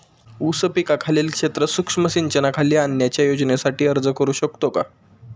ऊस पिकाखालील क्षेत्र सूक्ष्म सिंचनाखाली आणण्याच्या योजनेसाठी अर्ज करू शकतो का?